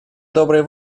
доброй